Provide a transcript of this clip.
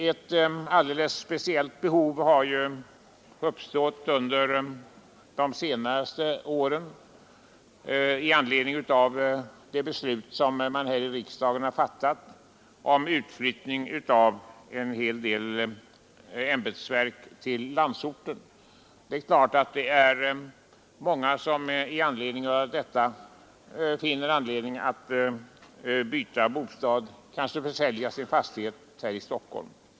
Ett alldeles särskilt behov har uppstått under de senaste åren på grund av det beslut som riksdagen har fattat om utflyttning av en hel del ämbetsverk till landsorten. Det är klart att många därför finner anledning att byta bostad och kanske sälja sin fastighet här i Stockholm.